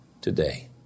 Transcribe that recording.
today